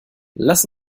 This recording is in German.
lass